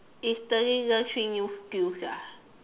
instantly learn three new skills ah